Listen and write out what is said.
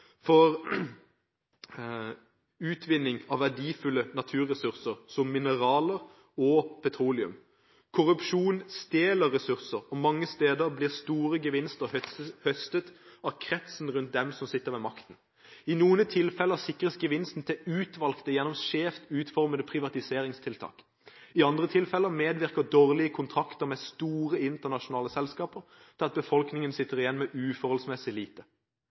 for utvinning av verdifulle naturressurser som mineraler og petroleum. Korrupsjon stjeler ressurser, og mange steder blir store gevinster høstet av kretsen rundt dem som sitter med makten. I noen tilfeller sikres gevinsten til utvalgte gjennom skjevt utformede privatiseringstiltak. I andre tilfeller medvirker dårlige kontrakter med store internasjonale selskaper til at befolkningen sitter igjen med uforholdsmessig lite.